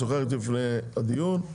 שוחח איתי לפני הדיון,